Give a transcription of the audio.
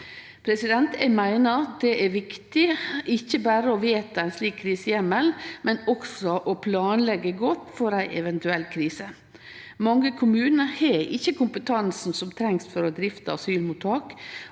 det er mogleg. Det er viktig ikkje berre å vedta ein slik kriseheimel, men også å planlegge godt for ei eventuell krise. Mange kommunar har ikkje kompetansen som trengst for å drifte asylmottak,